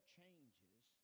changes